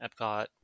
epcot